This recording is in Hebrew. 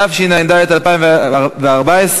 התשע"ד 2014,